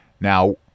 Now